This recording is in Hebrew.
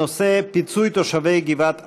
הנושא: פיצוי תושבי גבעת עמל.